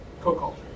co-culture